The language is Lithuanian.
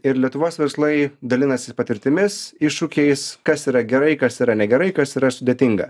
ir lietuvos verslai dalinasi patirtimis iššūkiais kas yra gerai kas yra negerai kas yra sudėtinga